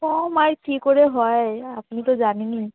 কম আর কী করে হয় আপনি তো জানেনই